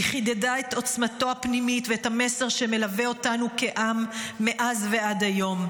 היא חידדה את עוצמתו הפנימית ואת המסר שמלווה אותנו כעם מאז ועד היום: